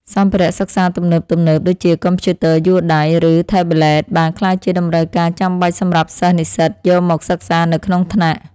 សម្ភារៈសិក្សាទំនើបៗដូចជាកុំព្យូទ័រយួរដៃ ឬថេប្លេតបានក្លាយជាតម្រូវការចាំបាច់សម្រាប់សិស្សនិស្សិតយកមកសិក្សានៅក្នុងថ្នាក់។